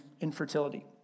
infertility